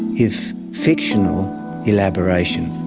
if fictional elaboration.